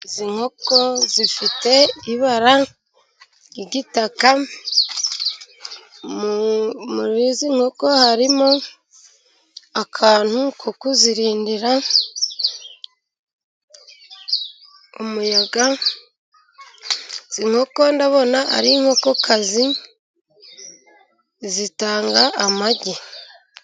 Izi nkoko zifite ibara ry'igitaka, muri izi nkoko harimo akantu ko kuzirindira umuyaga, izi nkoko ndabona ari inkokokazi zitanga amagi.